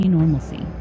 Normalcy